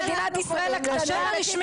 ריבונית --- ככה אנחנו קוראים